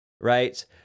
Right